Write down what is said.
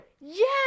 yes